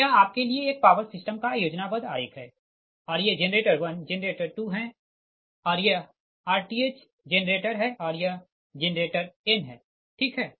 तो यह आपके लिए एक पावर सिस्टम का योजनाबद्ध आरेख है और ये जेनरेटर 1 जेनरेटर 2 है और यह rth जेनरेटर है और यह जेनरेटर n है ठीक है